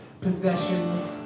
possessions